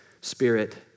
Spirit